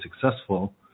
successful